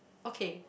okay